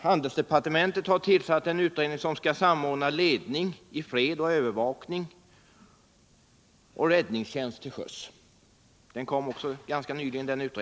Handelsdepartementet har tillsatt en utredning som skall samordna ledning i fred, övervakning och räddningstjänst till sjöss. Den utredningen kom ganska nyligen.